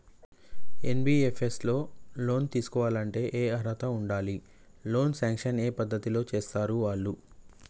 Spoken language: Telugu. ఎన్.బి.ఎఫ్.ఎస్ లో లోన్ తీస్కోవాలంటే ఏం అర్హత ఉండాలి? లోన్ సాంక్షన్ ఏ పద్ధతి లో చేస్తరు వాళ్లు?